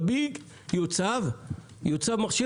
לביג ושם יוצב מכשיר?